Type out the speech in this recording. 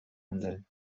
handeln